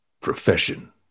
profession